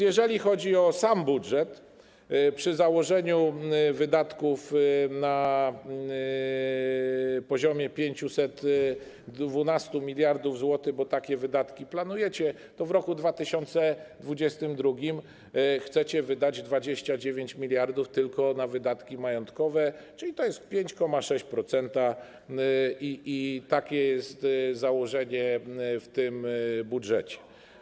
Jeżeli chodzi o sam budżet przy założeniu wydatków na poziomie 512 mld zł, bo wydatki planujecie, to w roku 2022 chcecie wydać 29 mld zł tylko na wydatki majątkowe, czyli to jest 5,6%, i takie jest założenie w tym budżecie.